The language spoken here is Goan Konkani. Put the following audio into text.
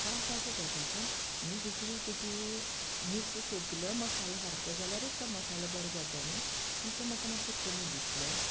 वास आसा तेका पण ही दुसरी तिची मिक्स सगलो मसालो सारको जाल्यारूच तो मसालो बरो जाता न्ही पूण तो म्हाका मात्सो कमी दिसलो